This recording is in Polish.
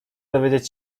dowiedzieć